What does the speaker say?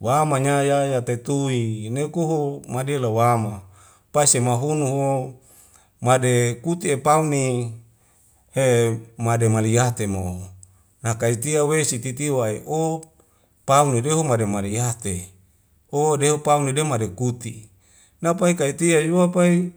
wamanya yaya teteui neokoho madela wama paii se mahuno ho made kuti epaun ni e made malihyate mo'o a kaitia wesi titiwa i o paun nideho made mariyate o deo paun made kuti'i napai kaitia ilua pai